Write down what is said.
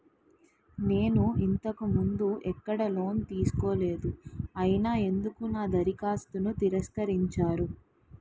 నేను ఇంతకు ముందు ఎక్కడ లోన్ తీసుకోలేదు అయినా ఎందుకు నా దరఖాస్తును తిరస్కరించారు?